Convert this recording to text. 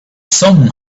someone